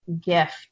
gift